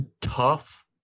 tough